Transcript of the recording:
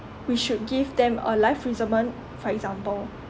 we should give them a life prisonment for example